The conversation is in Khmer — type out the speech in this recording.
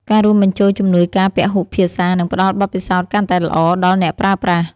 ការរួមបញ្ចូលជំនួយការពហុភាសា នឹងផ្ដល់បទពិសោធន៍កាន់តែល្អដល់អ្នកប្រើប្រាស់។